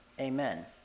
Amen